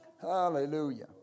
Hallelujah